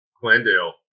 Glendale